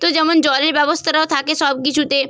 তো যেমন জলের ব্যবস্থাটাও থাকে সব কিছুতে